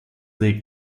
they